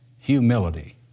Humility